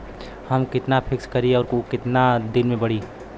हम कितना फिक्स करी और ऊ कितना दिन में बड़ी?